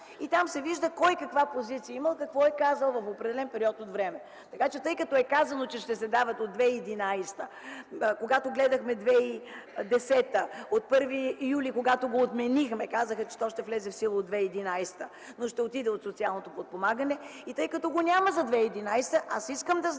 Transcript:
и там се вижда кой каква позиция е имал – какво е казал в определен период от време. Тъй като е казано, че ще се дават от 2011 г., когато гледахме 2010, от 1 юли когато го отменихме, казаха, че той ще влезе в сила от 2011 г., но ще отиде от социалното подпомагане, и тъй като го няма за 2011, аз искам да знам: